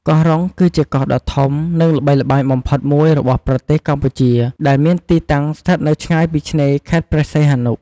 កោះរ៉ុង គឺជាកោះដ៏ធំ និងល្បីល្បាញបំផុតមួយរបស់ប្រទេសកម្ពុជា ដែលមានទីតាំងស្ថិតនៅឆ្ងាយពីឆ្នេរខេត្តព្រះសីហនុ។